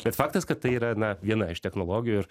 bet faktas kad tai yra na viena iš technologijų